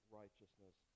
righteousness